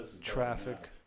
Traffic